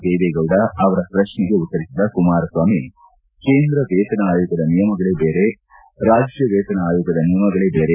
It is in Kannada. ದೇವೇಗೌಡ ಅವರ ಪ್ರತ್ನೆಗೆ ಉತ್ತರಿಸಿದ ಕುಮಾರಸ್ವಾಮಿ ಕೇಂದ್ರ ವೇತನ ಆಯೋಗದ ನಿಯಮಗಳ ಬೇರೆ ರಾಜ್ಯ ವೇತನ ಆಯೋಗದ ನಿಯಮಗಳೇ ಬೇರೆ